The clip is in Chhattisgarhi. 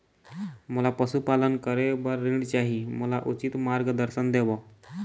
मोला पशुपालन करे बर ऋण चाही, मोला उचित मार्गदर्शन देव?